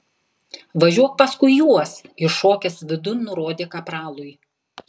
važiuok paskui juos įšokęs vidun nurodė kapralui